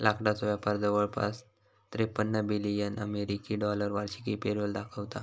लाकडाचो व्यापार जवळपास त्रेपन्न बिलियन अमेरिकी डॉलर वार्षिक पेरोल दाखवता